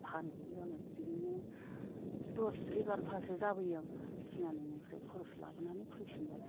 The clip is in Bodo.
फानहैयो आङो बिदिनो दस एगार'थासो जाबोयो आङो थिनालिनिफ्राय खरस लाबोनानै फैफिनबाय